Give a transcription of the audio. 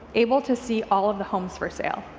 able to see all of the homes for sable.